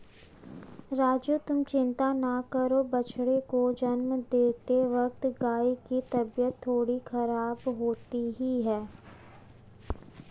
राजू तुम चिंता ना करो बछड़े को जन्म देते वक्त गाय की तबीयत थोड़ी खराब होती ही है